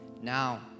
Now